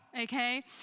Okay